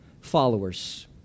followers